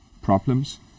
problems